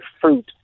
fruit